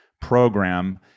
program